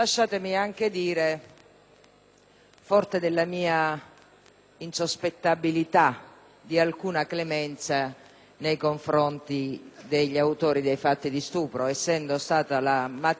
forte della mia insospettabilità di alcuna clemenza nei confronti degli autori dei fatti di stupro, essendo io stata la materiale redattrice di